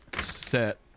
set